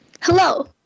Hello